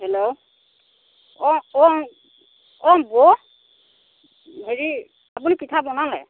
hello অ কোন কোন বৌ হেৰি আপুনি পিঠা বনালে